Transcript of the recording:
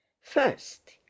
First